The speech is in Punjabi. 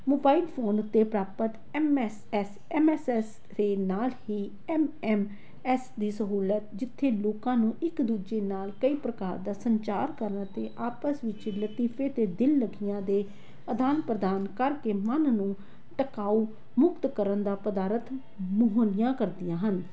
ਮੋਬਾਇਲ ਫੋਨ ਉੱਤੇ ਪ੍ਰਾਪਤ M S S M S S ਦੇ ਨਾਲ ਹੀ ਐਮ ਐਮ ਐਸ ਦੀ ਸਹੂਲਤ ਜਿੱਥੇ ਲੋਕਾਂ ਨੂੰ ਇੱਕ ਦੂਜੇ ਨਾਲ ਕਈ ਪ੍ਰਕਾਰ ਦਾ ਸੰਚਾਰ ਕਰਨ ਅਤੇ ਆਪਸ ਵਿੱਚ ਲਤੀਫੇ ਅਤੇ ਦਿਲ ਲਗੀਆਂ ਦੇ ਆਦਾਨ ਪ੍ਰਦਾਨ ਕਰ ਕੇ ਮਨ ਨੂੰ ਟਿਕਾਓ ਮੁਕਤ ਕਰਨ ਦਾ ਪਦਾਰਥ ਮੋਹਨੀਆ ਕਰਦੀਆਂ ਹਨ